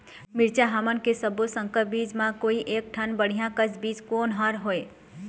मिरचा हमन के सब्बो संकर बीज म कोई एक ठन बढ़िया कस बीज कोन हर होए?